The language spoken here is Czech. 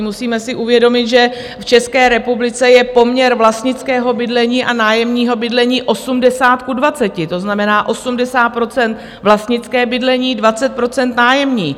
Musíme si uvědomit, že v České republice je poměr vlastnického bydlení a nájemního bydlení 80 : 20, to znamená 80 % vlastnické bydlení, 20 % nájemní bydlení.